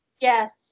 Yes